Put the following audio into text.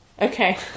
Okay